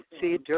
See